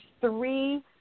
three